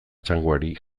txangoari